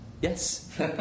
Yes